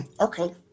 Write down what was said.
Okay